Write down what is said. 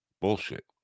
Bullshit